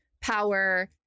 power